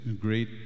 great